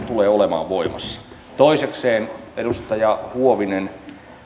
tulee olemaan voimassa toisekseen edustaja huovinen